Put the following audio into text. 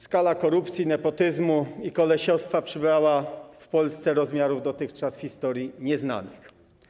Skala korupcji, nepotyzmu i kolesiostwa przybrała w Polsce rozmiary dotychczas w historii nieznane.